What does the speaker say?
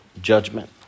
judgment